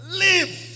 live